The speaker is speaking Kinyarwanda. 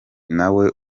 nawe